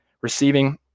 receiving